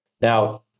Now